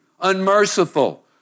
unmerciful